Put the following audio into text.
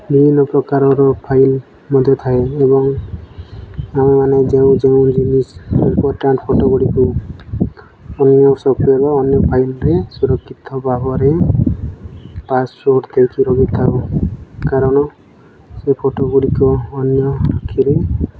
ବିଭିନ୍ନପ୍ରକାରର ଫାଇଲ୍ ମଧ୍ୟ ଥାଏ ଏବଂ ଆମେମାନେ ଯେଉଁ ଯେଉଁ ଜିନିଷ୍ ଇମ୍ପୋର୍ଟାଣ୍ଟ୍ ଫଟୋଗୁଡ଼ିକୁ ଅନ୍ୟ ସଫ୍ଟୱେର୍ ବା ଅନ୍ୟ ଫାଇଲ୍ରେ ସୁରକ୍ଷିତ ଭାବରେ ପାସ୍ୱାର୍ଡ଼୍ ଦେଇକି ରଖିଥାଉ କାରଣ ସେ ଫଟୋଗୁଡ଼ିକ ଅନ୍ୟ ପାଖରେ